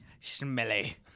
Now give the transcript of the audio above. Smelly